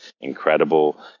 incredible